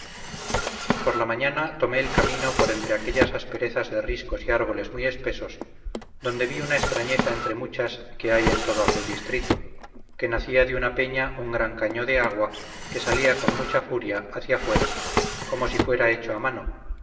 por la mañana tomé el camino por entre aquellas asperezas de riscos y árboles muy espesos donde vi una extrañeza entre muchas que hay en todo aquel distrito que nacía de una peña un gran caño de agua que salía con mucha furia hacia afuera como si fuera hecho a mano